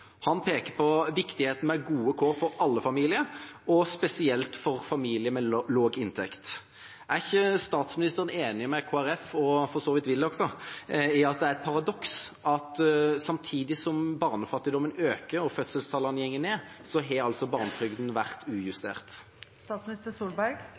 Han peker på viktigheten av gode kår for alle familier og spesielt for familier med lav inntekt. Er ikke statsministeren enig med Kristelig Folkeparti, og for så vidt Willoch, i at det er et paradoks at samtidig som barnefattigdommen øker og fødselstallene går ned, har altså barnetrygden vært